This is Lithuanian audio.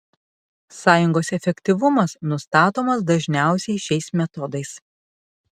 sąjungos efektyvumas nustatomas dažniausiai šiais metodais